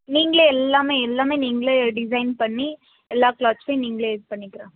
நீங்களே எல்லாமே எல்லாமே நீங்களே டிசைன் பண்ணி எல்லா க்ளாத்ஸையும் நீங்களே இது பண்ணிக்கலாம்